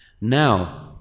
Now